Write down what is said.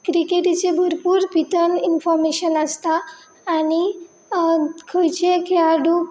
क्रिकेटीचे भरपूर भितर इनफोमेशन आसता आनी खंयचेय खेळडू